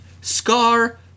Scar